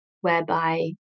whereby